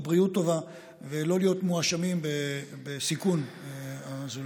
בבריאות טובה ולא להיות מואשמים בסיכון הזולת.